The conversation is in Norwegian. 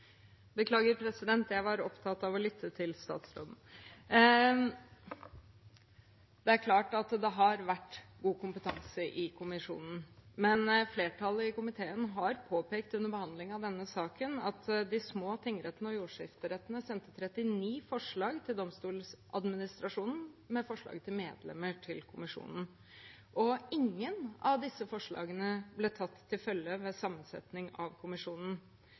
kompetanse i kommisjonen, men flertallet i komiteen har påpekt under behandlingen av denne saken at de små tingrettene og jordskifterettene sendte 39 forslag til Domstoladministrasjonen til medlemmer i kommisjonen, og ingen av disse forslagene ble tatt til følge ved sammensetningen av